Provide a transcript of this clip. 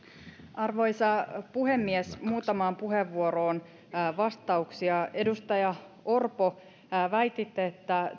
arvoisa puhemies muutamaan puheenvuoroon vastauksia edustaja orpo väititte että